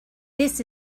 this